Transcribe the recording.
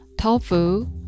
tofu